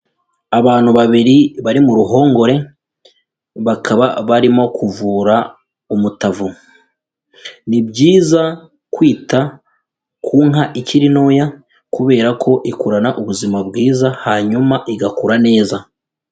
Abantu babiri bari mu ruhongore, bakaba barimo kuvura umutavu, ni byiza kwita ku nka ikiri ntoya kubera ko ikurana ubuzima bwiza hanyuma igakura neza.